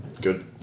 good